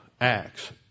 Acts